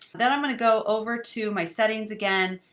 then i'm going to go over to my settings again.